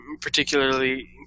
particularly